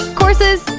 courses